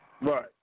Right